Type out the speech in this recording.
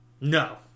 No